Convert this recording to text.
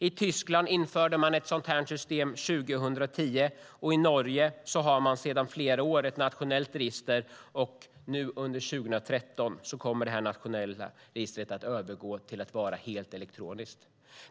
I Tyskland införde man ett sådant här systemet 2010. I Norge har man sedan flera år ett nationellt register, och under 2013 kommer det registret att gå över till att vara helt elektroniskt.